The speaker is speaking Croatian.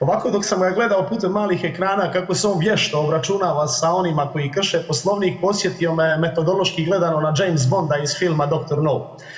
Ovako dok sam ga gledao putem malih ekrana kako se on vješto obračunava sa onima koji krše Poslovnik podsjetio me je, metodološki gledano na James Bonda iz filma „Dr. No“